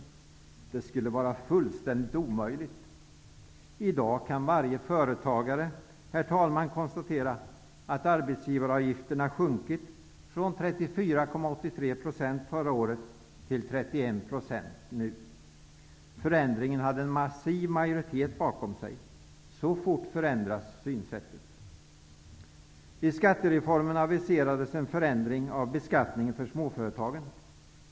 Man sade att det skulle vara fullständigt omöjligt. I dag kan varje företagare, herr talman, konstatera att arbetsgivaravgiften sjunkit från 34,83 % förra året till 31 % detta år. Förändringen hade en massiv majoritet bakom sig. Så fort förändras synsättet. I skattereformen aviserades en förändring av beskattningen för småföretagen.